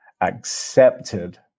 accepted